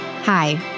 Hi